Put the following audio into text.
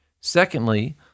Secondly